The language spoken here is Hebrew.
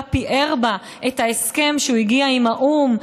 פיאר בה את ההסכם שהוא הגיע אליו עם האו"ם,